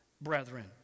brethren